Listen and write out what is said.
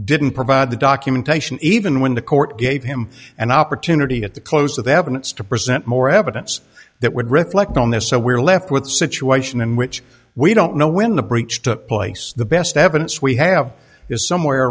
didn't provide the documentation even when the court gave him an opportunity at the close of the evidence to present more evidence that would reflect on this so we're left with the situation in which we don't know when the breach took place the best evidence we have is somewhere